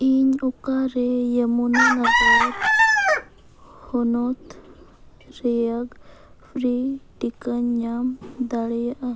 ᱤᱧ ᱚᱠᱟᱨᱮ ᱡᱚᱢᱩᱱᱟ ᱱᱚᱜᱚᱨ ᱦᱚᱱᱚᱛ ᱨᱮᱭᱟᱜ ᱯᱷᱨᱤ ᱴᱤᱠᱟᱹᱧ ᱧᱟᱢ ᱫᱟᱲᱮᱭᱟᱜᱼᱟ